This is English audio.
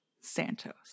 santos